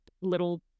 little